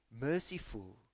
merciful